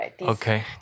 Okay